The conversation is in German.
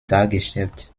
dargestellt